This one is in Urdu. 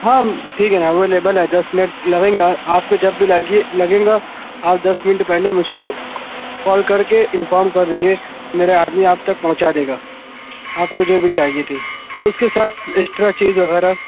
ہاں ٹھیک ہے نہ اویلیبل ہے دس منٹ لگیں گا آپ کو جب بھی لگی لگیں گا آپ دس منٹ پہلے مجھ کو کال کرکے انفارم کردیں گے میرا آدمی آپ تک پہنچا دے گا آپ کو جو بھی چاہیے تھی اور اُس کے ساتھ ایکسٹرا چیز وغیرہ